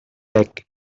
bec